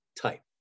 type